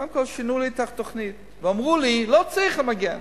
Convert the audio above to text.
קודם כול שינו לי את התוכנית ואמרו לי: לא צריך למגן.